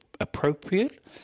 appropriate